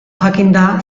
jakinda